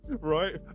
Right